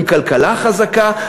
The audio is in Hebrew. עם כלכלה חזקה,